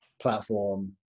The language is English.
platform